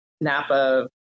Napa